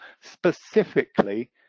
specifically